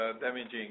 damaging –